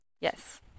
Yes